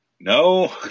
No